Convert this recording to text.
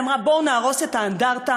היא אמרה: בואו נהרוס את האנדרטה.